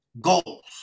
Goals